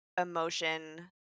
emotion